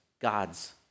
God's